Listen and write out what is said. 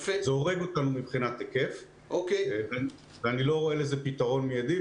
זה הורג אותנו מבחינת היקף ואני לא רואה לזה פתרון מידי.